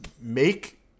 Make